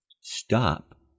Stop